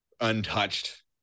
untouched